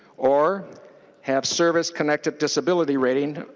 or have service-connected disability rating